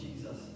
Jesus